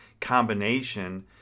combination